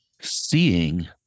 seeing